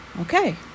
okay